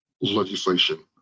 legislation